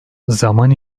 zaman